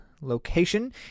location